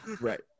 right